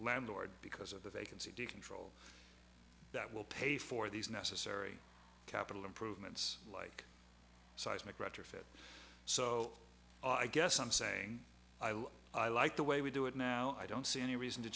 landlord because of the vacancy decontrol that will pay for these necessary capital improvements like seismic retrofit so i guess i'm saying i like the way we do it now i don't see any reason to